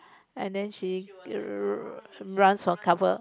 and then she runs for couple